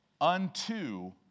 unto